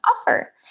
offer